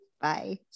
Bye